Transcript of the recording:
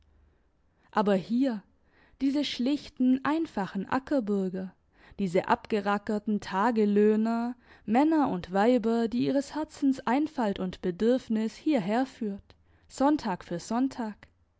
aber hier diese schlichten einfachen ackerbürger diese abgerackerten tagelöhner männer und weiber die ihres herzens einfalt und bedürfnis hierher führt sonntag für sonntag